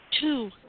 Two